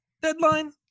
deadline